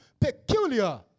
Peculiar